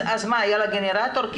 אז היה לה גנרטור?